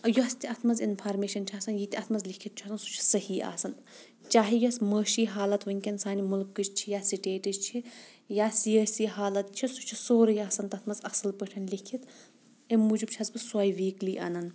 یۄس تہِ اتھ منٛز انفارمیشن چھِ آسان یہِ تہِ اتھ منٛز لیٖکھتھ چھُ آسان سُہ چھُ صحیح آسان چاہے یۄس معاشی حالت وُنٚۍکیٚن سانہِ مُلکٕچ چھِ یا سِٹیٹٕچ چھِ یا سِیٲسی حالت چھِ سُہ چھُ سورے آسان تتھ منٛز اصٕل پٲٹھۍ لیٖکھِتھ امہِ موٗجوب چھس بہٕ سۄے ویکلی انان